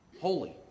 holy